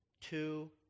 two